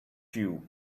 you